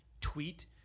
tweet